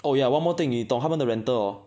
oh ya one more thing 你懂他们的 rental hor